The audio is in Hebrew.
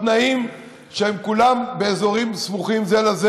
בתנאים שהם כולם באזורים סמוכים זה לזה